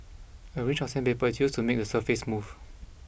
a range of sandpaper is used to make the surface smooth